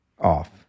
off